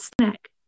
snack